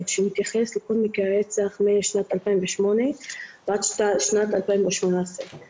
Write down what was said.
שמתייחס לכל מקרה רצח משנת 2008 ועד שנת 2018,